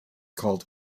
called